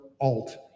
Alt